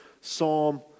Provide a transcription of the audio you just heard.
Psalm